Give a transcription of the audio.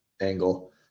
angle